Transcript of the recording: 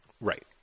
Right